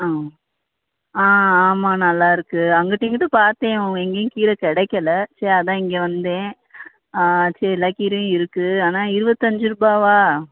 ஆ ஆ ஆமாம் நல்லா இருக்குது அங்கிட்டும் இங்கிட்டும் பார்த்தேன் எங்கேயும் கீரை கிடைக்கல சரி அதுதான் இங்கே வந்தேன் ஆ சரி எல்லா கீரையும் இருக்குது ஆனால் இருபத்தஞ்சி ரூபாவா